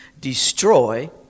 destroy